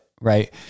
right